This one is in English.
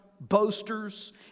boasters